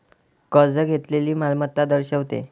कर्ज घेतलेली मालमत्ता दर्शवते